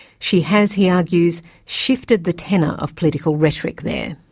she has, he argues, shifted the tenor of political rhetoric there.